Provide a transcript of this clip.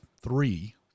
three